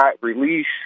release